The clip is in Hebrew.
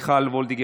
פטין מולא,